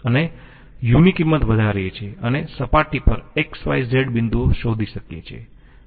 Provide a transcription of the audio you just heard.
અને u ની કિંમત વધારીયે છીએ અને સપાટી પર x y z બિંદુઓ શોધી શકીયે છીએ